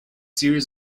series